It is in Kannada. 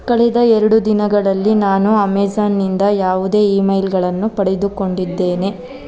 ಕಳೆದ ಎರಡು ದಿನಗಳಲ್ಲಿ ನಾನು ಅಮೆಝಾನ್ನಿಂದ ಯಾವುದೇ ಇಮೇಲ್ಗಳನ್ನು ಪಡೆದುಕೊಂಡಿದ್ದೇನೆ